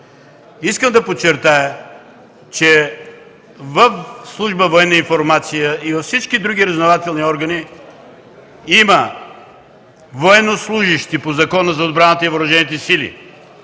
Искам да подчертая, че в служба „Военна информация” и във всички разузнавателни органи има военнослужещи по Закона за отбраната и Въоръжените сили